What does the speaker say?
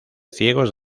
ciegos